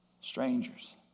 strangers